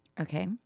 Okay